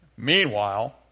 Meanwhile